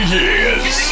years